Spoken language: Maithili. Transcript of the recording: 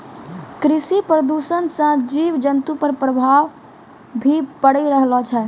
कृषि प्रदूषण से जीव जन्तु पर प्रभाव भी पड़ी रहलो छै